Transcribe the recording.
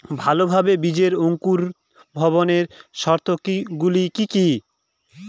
ভালোভাবে বীজের অঙ্কুর ভবনের শর্ত গুলি কি কি?